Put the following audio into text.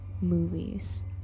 movies